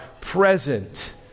present